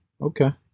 okay